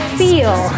feel